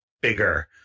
bigger